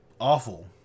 awful